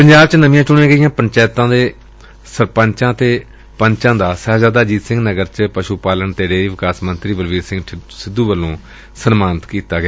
ਪੰਜਾਬ ਚ ਨਵੀਆਂ ਚੁਣੀਆਂ ਗਈਆਂ ਪੰਚਾਇਤਾਂ ਦੇ ਸਰਪੰਚਾਂ ਪੰਚਾਂ ਦਾ ਸਾਹਿਬਜ਼ਾਦਾ ਅਜੀਤ ਸਿੰਘ ਨਗਰ ਵਿਚ ਪਸ਼ੂ ਪਾਲਣ ਅਤੇ ਡੇਅਰੀ ਵਿਕਾਸ ਮੰਤਰੀ ਬਲਬੀਰ ਸਿੰਘ ਸਿੱਧੂ ਵੱਲੋ ਸਨਮਾਨ ਕੀਤਾ ਗਿਆ